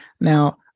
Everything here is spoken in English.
Now